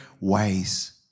ways